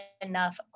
enough